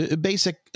basic